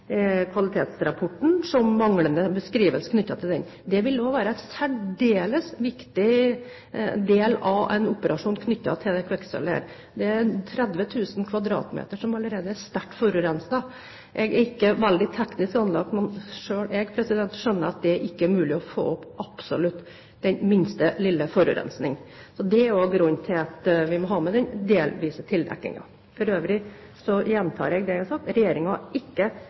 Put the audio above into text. kvalitetsrapporten, som manglende beskrivelse knyttet til den. Det vil også være en særdeles viktig del av en operasjon knyttet til dette kvikksølvet. Det er 30 000 m2 som allerede er sterkt forurenset. Jeg er ikke veldig teknisk anlagt, men selv jeg skjønner at det ikke er mulig å få opp absolutt alt av den minste lille forurensning. Det er også grunnen til at vi må ha med delvis tildekking. For øvrig gjentar jeg det jeg har sagt: Regjeringen har ikke